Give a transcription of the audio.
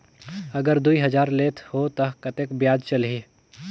अगर दुई हजार लेत हो ता कतेक ब्याज चलही?